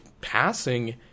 passing